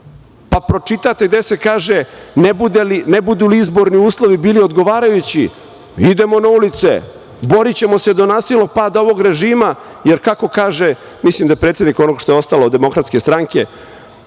Pa, pročitate gde se kaže – ne budu li izborni uslovi odgovarajući, mi idemo na ulice, borićemo se do nasilnog pada ovog režima, jer kako kaže, mislim da predsednik onoga što je ostalo od DS, koji je navikao